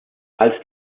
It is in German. als